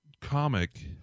comic